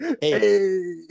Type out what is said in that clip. Hey